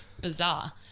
bizarre